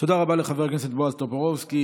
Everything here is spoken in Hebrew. תודה רבה לחבר הכנסת בועז טופורובסקי.